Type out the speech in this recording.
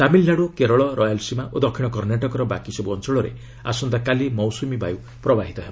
Tamil Nadu Kerala Rayalaseema ଓ ଦକ୍ଷିଣ କର୍ଷ୍ଣାଟକର ବାକିସବୁ ଅଞ୍ଚଳରେ ଆସନ୍ତାକାଲି ମୌସୁମୀ ବାୟୁ ପ୍ରବାହିତ ହେବ